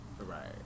Right